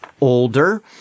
older